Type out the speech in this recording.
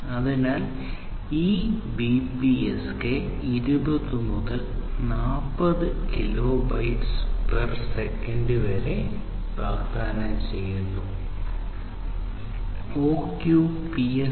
അതിനാൽ ഈ BPSK 20 മുതൽ 40 kbps വരെ വാഗ്ദാനം ചെയ്യുന്നു OQPSK 2